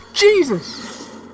Jesus